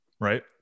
right